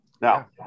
Now